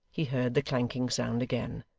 he heard the clanking sound again.